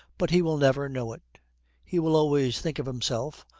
but he will never know it he will always think of himself,